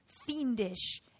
fiendish